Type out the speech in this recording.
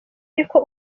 ariko